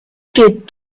kit